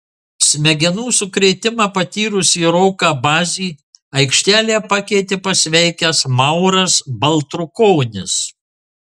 smegenų sukrėtimą patyrusį roką bazį aikštelėje pakeitė pasveikęs mauras baltrukonis